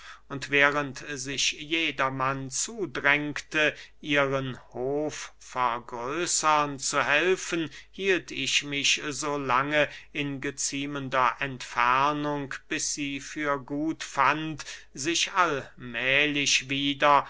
und während sich jedermann zudrängte ihren hof vergrößern zu helfen hielt ich mich so lange in geziemender entfernung bis sie für gut fand sich allmählich wieder